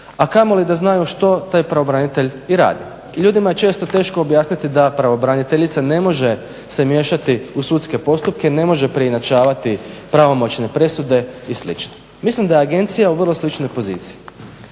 a kamoli da znaju što taj pravobranitelj i radi. Ljudima je često teško objasniti da pravobraniteljica ne može se miješati u sudske postupke, ne može preinačavati pravomoćne presude i sl. Mislim da je agencija u vrlo sličnoj poziciji.